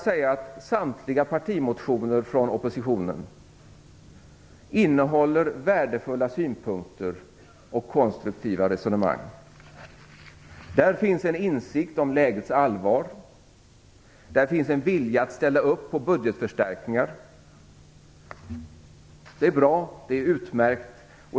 Samtliga partimotioner från oppositionen innehåller värdefulla synpunkter och konstruktiva resonemang. Där finns det en insikt om lägets allvar. Där finns det en vilja att ställa upp på budgetförstärkningar. Det är bra. Det är utmärkt.